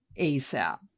asap